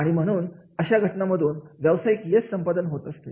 आणि म्हणून अशा घटनांमधून व्यवसायिक यश संपादन होत असत